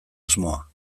asmoa